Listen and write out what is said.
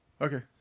Okay